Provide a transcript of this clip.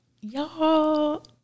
Y'all